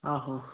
आहो